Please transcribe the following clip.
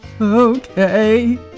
Okay